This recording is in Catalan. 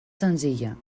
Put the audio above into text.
senzilla